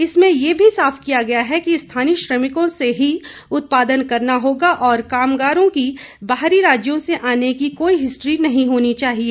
इसमें यह भी साफ किया गया है कि स्थानीय श्रमिकों से ही उत्पादन करना होगा और कामगारों की बाहरी राज्यों से आने की कोई हिस्ट्री नहीं होनी चाहिए